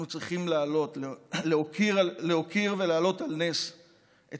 אנחנו צריכים להוקיר ולהעלות על נס את